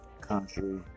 country